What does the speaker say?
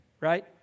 right